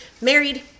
married